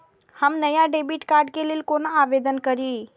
हम नया debit card के लल कौना आवेदन करि?